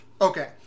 Okay